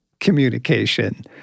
communication